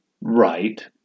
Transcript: right